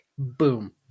Boom